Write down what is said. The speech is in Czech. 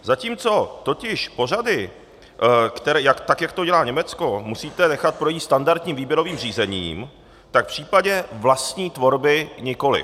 Zatímco totiž pořady, jak to dělá Německo, musíte nechat projít standardním výběrovým řízením, tak v případě vlastní tvorby nikoliv.